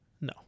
No